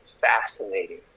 fascinating